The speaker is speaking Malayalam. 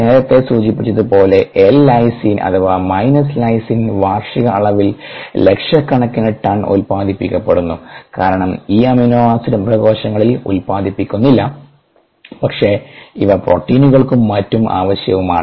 നേരത്തെ സൂചിപ്പിച്ചതുപോലെ എൽ ലൈസിൻ അഥവാ മൈനസ് ലൈസിൻ Lysine വാർഷിക അളവിൽ ലക്ഷക്കണക്കിന് ടൺ ഉൽപാദിപ്പിക്കപ്പെടുന്നു കാരണം ഈ അമിനോആസിഡ് മൃഗകോശങ്ങൾ ഉൽപാദിപ്പിക്കുന്നില്ല പക്ഷേ ഇവ പ്രോട്ടീനുകൾക്കും മറ്റും ആവശ്യവുമാണ്